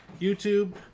youtube